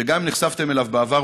שגם נחשפתם אליו בעבר,